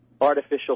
artificial